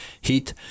heat